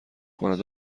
کند